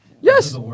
Yes